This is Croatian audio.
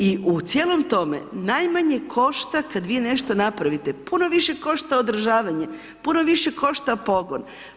I u cijelom tome najmanje košta kada vi nešto napravite, puno više košta održavanje, puno više košta pogon.